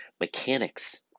mechanics